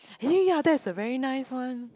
ya ya ya that's a very nice one